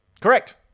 Correct